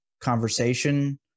conversation